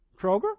Kroger